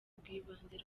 rw’ibanze